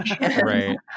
Right